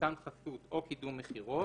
מתן חסות או קידום מכירות".